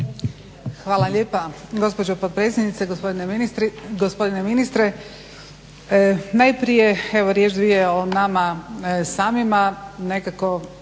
Hvala lijepa. Gospođo potpredsjednice, gospodine ministre. Najprije evo riječ-dvije o nama samima. Nekako